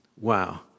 Wow